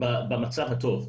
במצב הטוב.